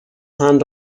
hand